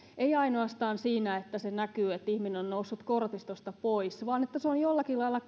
ei ainoastaan siinä että se näkyy että ihminen on noussut kortistosta pois vaan että se on jollakin lailla